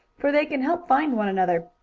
for they can help find one another.